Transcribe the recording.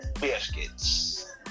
Biscuits